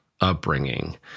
upbringing